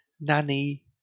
Nanny